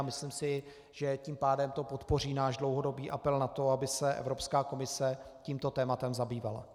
Myslím si, že to tím pádem podpoří náš dlouhodobý apel na to, aby se Evropská komise tímto tématem zabývala.